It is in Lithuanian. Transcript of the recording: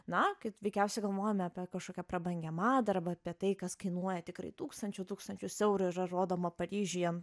na kad veikiausiai galvojame apie kažkokią prabangią madą arba apie tai kas kainuoja tikrai tūkstančių tūkstančius eurų yra rodoma paryžiuje